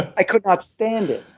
i could not stand it.